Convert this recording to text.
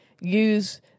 use